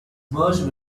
merged